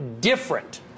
different